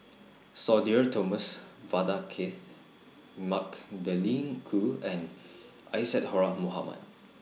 Sudhir Thomas Vadaketh Magdalene Khoo and Isadhora Mohamed